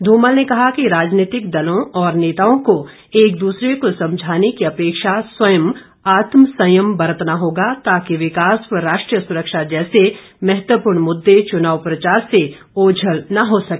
धूमल ने कहा कि राजनीतिक दलों और नेताओं को एक दूसरे को समझाने की अपेक्षा स्वयं आत्म संयम बरतना होगा ताकि विकास व राष्ट्रीय सुरक्षा जैसे महत्वपूर्ण मुद्दे चुनाव प्रचार से ओझल न हो सके